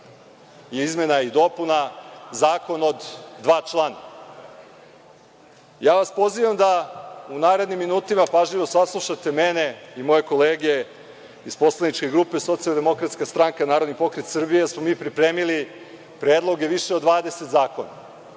izmena i dopuna, zakon od dva člana. Pozivam vas da u narednim minutima pažljivo saslušate mene i moje kolege iz poslaničke grupe SDS-Narodni pokret Srbije, jer smo mi pripremili predloge više od 20 zakona